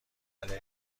علیه